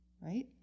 Right